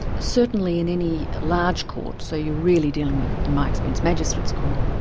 certainly in any large court, so you're really dealing with, in my experience, magistrates court,